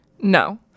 no